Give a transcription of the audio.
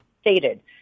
stated